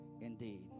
indeed